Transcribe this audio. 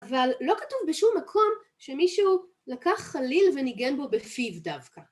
אבל לא כתוב בשום מקום שמישהו לקח חליל וניגן בו בפיו דווקא.